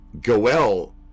Goel